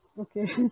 Okay